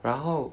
然后